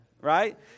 right